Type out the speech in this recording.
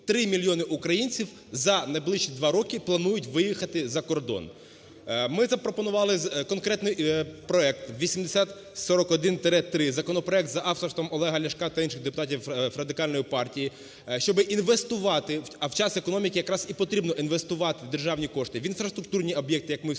Три мільйони українців за найближчі два роки планують виїхати за кордон. Ми запропонували конкретний проект 8041-3, законопроект за авторством Олега Ляшка та інших депутатів Радикальної партії. Щоб інвестувати, а в час економіки якраз і потрібно інвестувати державні кошти в інфраструктурні об'єкти, як ми сьогодні